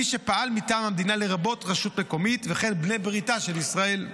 מי שפעל מטעם המדינה לרבות רשות מקומית וכן בני בריתה של ישראל.